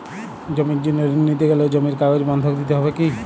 জমির জন্য ঋন নিতে গেলে জমির কাগজ বন্ধক দিতে হবে কি?